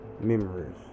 memories